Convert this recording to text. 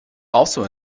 also